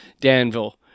Danville